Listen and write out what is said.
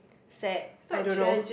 sad I don't know